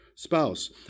Spouse